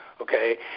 okay